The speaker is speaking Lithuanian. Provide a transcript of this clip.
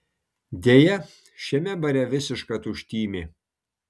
deja šiame bare visiška tuštymė